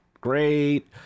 great